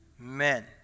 amen